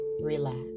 Relax